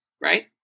right